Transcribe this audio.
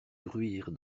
bruire